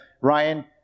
Ryan